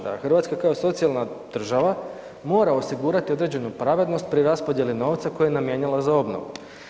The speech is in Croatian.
Da RH kao socijalna država mora osigurati određenu pravednost pri raspodjeli novca koji je namijenila za obnovu.